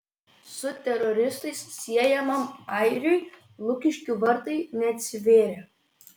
su teroristais siejamam airiui lukiškių vartai neatsivėrė